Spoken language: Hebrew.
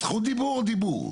זכות דיבור או דיבור?